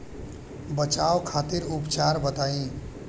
बचाव खातिर उपचार बताई?